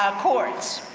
ah chords.